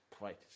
right